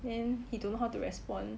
then he don't know how to respond